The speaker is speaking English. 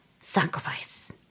sacrifice